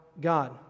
God